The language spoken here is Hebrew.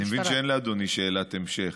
אני מבין שאין לאדוני שאלת המשך,